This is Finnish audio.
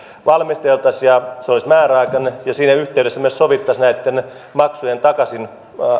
valmisteltaisiin kolmikannassa ja se olisi määräaikainen ja siinä yhteydessä myös sovittaisiin näitten maksujen